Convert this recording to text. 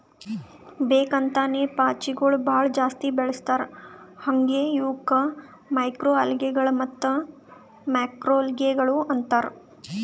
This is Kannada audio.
ಬೇಕ್ ಅಂತೇನೆ ಪಾಚಿಗೊಳ್ ಭಾಳ ಜಾಸ್ತಿ ಬೆಳಸ್ತಾರ್ ಹಾಂಗೆ ಇವುಕ್ ಮೈಕ್ರೊಅಲ್ಗೇಗಳ ಮತ್ತ್ ಮ್ಯಾಕ್ರೋಲ್ಗೆಗಳು ಅಂತಾರ್